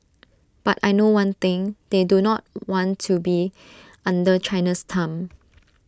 but I know one thing they do not want to be under China's thumb